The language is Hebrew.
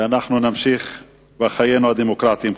ואנחנו נמשיך בחיינו הדמוקרטיים.